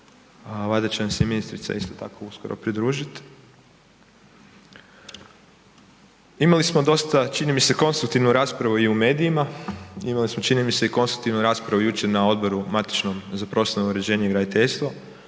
valjda će nam se ministrica isto tako uskoro pridružiti. Imali smo dosta, čini mi se, konstruktivnu raspravu i u medijima, imali smo, čini mi se, i konstruktivnu raspravu jučer na odboru matičnom, za prostorno uređenje i graditeljstvo,